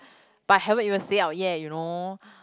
but haven't even say out yet you know